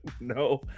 No